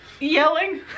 Yelling